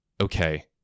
okay